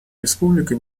республика